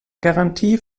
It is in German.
garantie